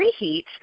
preheat